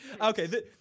Okay